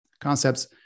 concepts